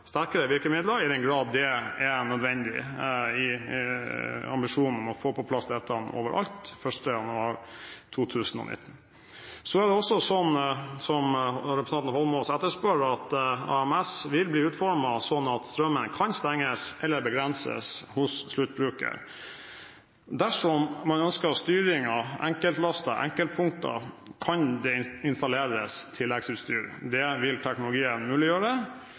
i den grad det er nødvendig i ambisjonen om å få på plass dette overalt 1. januar 2019. Så er det også slik som representanten Holmås etterspør, at AMS vil bli utformet slik at strømmen kan stenges eller begrenses hos sluttbruker. Dersom man ønsker styring av enkeltlaster, enkeltpunkter, kan det installeres tilleggsutstyr. Det vil teknologien muliggjøre.